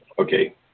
Okay